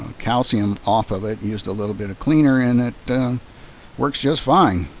ah calcium off of it. used a little bit of cleaner and it works just fine.